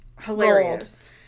Hilarious